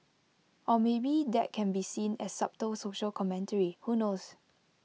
or maybe that can be seen as subtle social commentary who knows